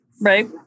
right